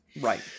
right